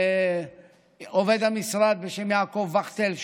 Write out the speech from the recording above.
עובד המשרד בשם יעקב וכטל,